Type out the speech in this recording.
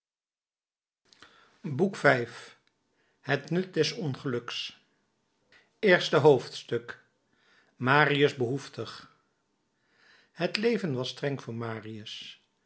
boek v het nut des ongeluks eerste hoofdstuk marius behoeftig het leven werd streng voor marius